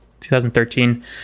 2013